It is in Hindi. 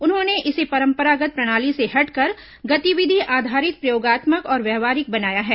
उन्होंने इसे परंपरागत् प्रणाली से हटकर गतिविधि आधारित प्रयोगात्मक और व्यवहारिक बनाया है